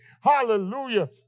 Hallelujah